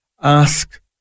ask